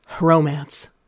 Romance